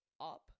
up